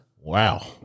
Wow